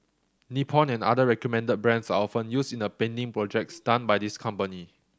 Nippon and other recommended brands are often used in the painting projects done by this company